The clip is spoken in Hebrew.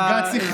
בגלל בג"ץ.